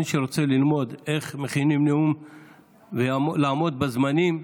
מי שרוצה ללמוד איך מכינים נאום ואיך לעמוד בזמנים,